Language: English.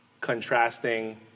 Contrasting